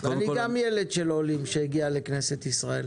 גם אני ילד של עולים שהגיע לכנסת ישראל.